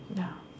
ya